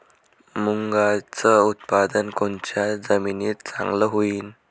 मुंगाचं उत्पादन कोनच्या जमीनीत चांगलं होईन?